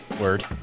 word